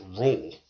rule